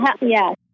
yes